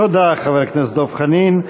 תודה, חבר הכנסת דב חנין.